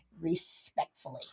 respectfully